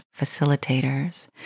facilitators